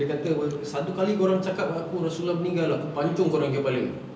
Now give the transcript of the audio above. dia kata [pe] satu kali korang cakap kat aku rasulullah meninggal aku pancung korangnya kepala